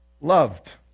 loved